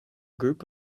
group